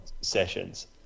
sessions